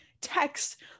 text